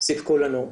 שסיפקו לנו.